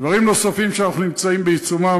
דברים נוספים שאנחנו נמצאים בעיצומם,